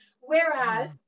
whereas